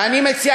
ואני מציע,